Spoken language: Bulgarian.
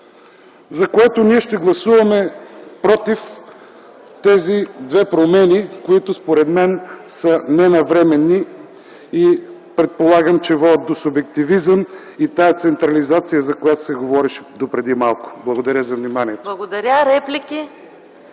За което ние ще гласуваме „против” тези две промени, които според мен са ненавременни и предполагам, че водят до субективизъм и тази централизация, за която се говореше допреди малко. Благодаря за вниманието. ПРЕДСЕДАТЕЛ